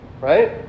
right